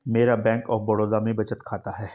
मेरा bank of Baroda में बचत खाता है